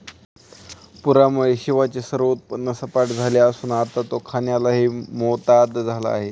पूरामुळे शिवाचे सर्व उत्पन्न सपाट झाले असून आता तो खाण्यालाही मोताद झाला आहे